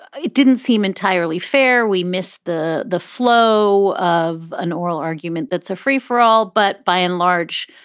it didn't seem entirely fair. we missed the the flow of an oral argument. that's a free for all. but by and large,